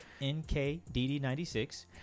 NKDD96